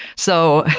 so,